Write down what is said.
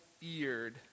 feared